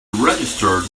registered